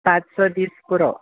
पांच स दीस पुरो